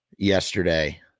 yesterday